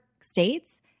states